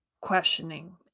questioning